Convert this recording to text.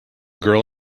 girl